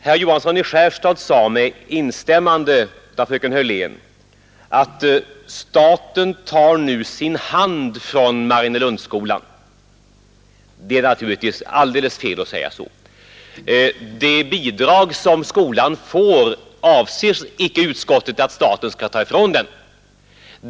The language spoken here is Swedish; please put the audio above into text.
Herr Johansson i Skärstad sade, med instämmande av fröken Hörlén, att staten nu tar sin hand från Mariannelundsskolan. Det är naturligtvis alldeles fel att säga så. Det bidrag som skolan får avser icke utskottet att staten skall ta ifrån den.